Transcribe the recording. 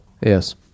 Yes